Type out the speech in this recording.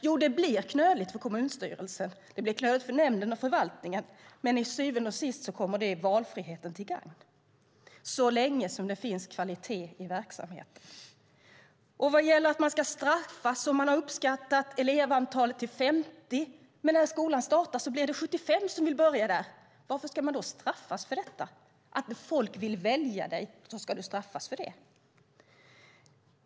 Jo, det blir knöligt för kommunstyrelsen, och det blir knöligt för nämnden och förvaltningen - men till syvende och sist kommer det valfriheten till gagn så länge det finns kvalitet i verksamheten. Vad gäller att man ska straffas: Om man har uppskattat elevantalet till 50 och det när skolan startar blir 75 som vill börja där - varför ska man straffas för detta? Folk vill välja dig, och då ska du straffas för det.